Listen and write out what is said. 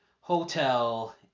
hotel